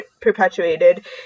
perpetuated